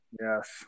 Yes